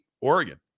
Oregon